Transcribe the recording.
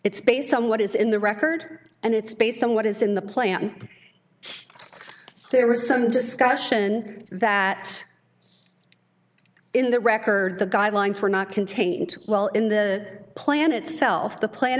it's based on what is in the record and it's based on what is in the play and there was some discussion that in the record the guidelines were not contained well in the plan itself the plan